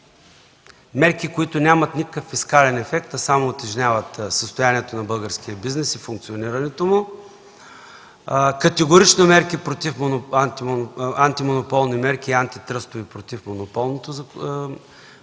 мерки, които нямат никакъв фискален ефект, а само утежняват състоянието на българския бизнес и функционирането му; категорични антимонополни и антитръстови мерки против монополното положение